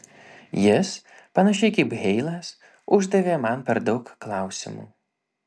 jis panašiai kaip heilas uždavė man per daug klausimų